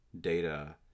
data